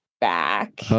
Back